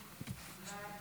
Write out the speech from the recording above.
התשפ"ד 2023, נתקבל.